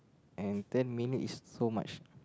and ten minutes is so much